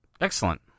excellent